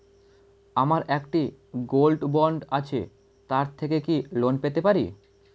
আমার একটি gold bond আছে তার থেকে কি লোন পেতে পারি?